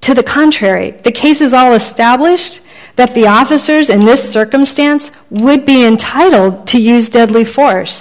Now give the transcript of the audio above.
to the contrary the cases are established that the officers and the circumstance would be entitled to use deadly force